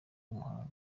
w’umuhanga